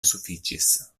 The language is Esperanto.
sufiĉis